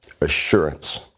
assurance